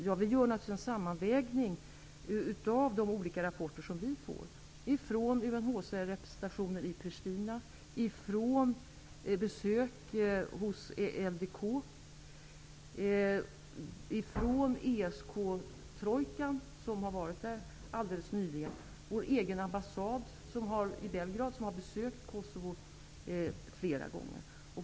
Regeringen gör naturligtvis en sammanvägning av de olika rapporter som kommer från UNHCR representationer i Pristina, från besök hos LDK, från ESK-trojkan som alldeles nyligen har varit där och från vår egen ambassad i Belgrad som har besökt Kosovo flera gånger.